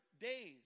days